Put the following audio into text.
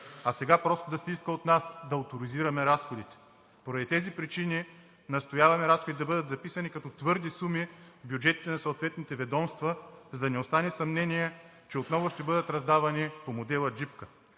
а сега просто да се иска от нас да оторизираме разходите. Поради тези причини настояваме разходите да бъдат записани като твърди суми в бюджетите на съответните ведомства, за да не остане съмнение, че отново ще бъдат раздавани по модела джипка.